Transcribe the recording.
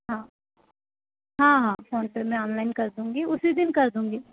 हाँ हाँ हाँ फोनपे में ऑनलाइन कर दूँगी उसी दिन कर दूँगी